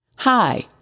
Hi